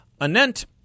Anent